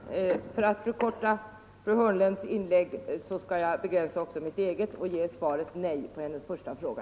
Herr talman! För att förkorta fru Hörnlunds kommande inlägg skall 17 jag begränsa också mitt eget och ge svaret nej på fru Hörnlunds första fråga.